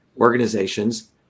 organizations